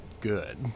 good